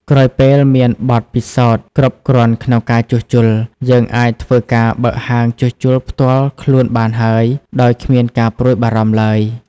ក្រោយពេលមានបទពិសោធន៍គ្រប់គ្រាន់ក្នុងការជួលជុល យើងអាចធ្វើការបើកហាងជួសជុលផ្ទាល់ខ្លួនបានហើយ ដោយគ្មានការព្រួយបារម្ភទ្បើយ។